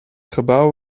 gebouw